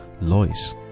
Lois